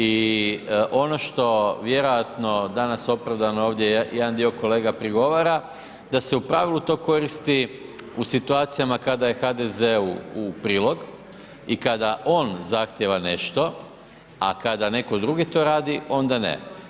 I ono što vjerojatno danas opravdano ovdje jedan dio kolega prigovara, da se u pravilu to koristi u situacijama kada je HDZ-u u prilog i kada on zahtjeva nešto, a kada netko drugi to radi onda ne.